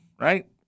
right